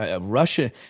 Russia